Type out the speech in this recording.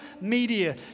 media